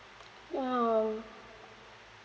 um